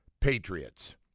Patriots